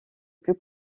plus